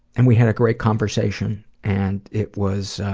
and we had a great conversation, and it was